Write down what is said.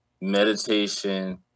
meditation